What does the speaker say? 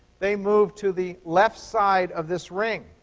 they move to the left side of this ring.